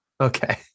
Okay